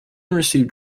received